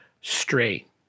straight